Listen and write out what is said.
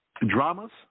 Dramas